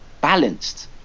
balanced